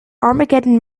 armageddon